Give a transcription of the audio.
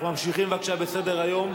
אנחנו ממשיכים, בבקשה, בסדר-היום.